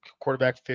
quarterback